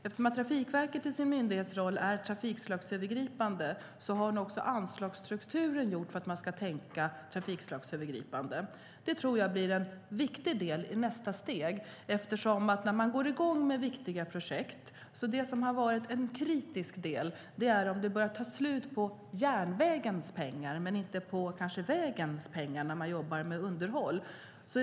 Eftersom Trafikverket i sin myndighetsroll är trafikslagsövergripande är också anslagsstrukturen gjord för att man ska tänka trafikslagsövergripande. Det blir en viktig del i nästa steg. När viktiga underhållsprojekt gått i gång har en kritisk del varit om järnvägens pengar tar slut men kanske inte vägens pengar.